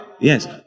Yes